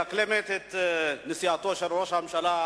שמדקלמת את נסיעתו של ראש הממשלה,